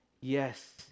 Yes